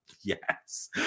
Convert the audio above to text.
yes